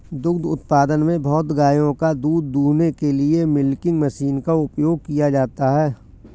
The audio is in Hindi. दुग्ध उत्पादन में बहुत गायों का दूध दूहने के लिए मिल्किंग मशीन का उपयोग किया जाता है